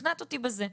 שכנעת אותי בזה.